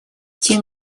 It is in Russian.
тем